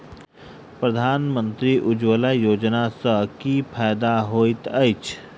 प्रधानमंत्री उज्जवला योजना सँ की फायदा होइत अछि?